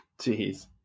Jeez